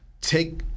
Take